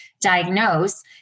diagnose